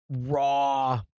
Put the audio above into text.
raw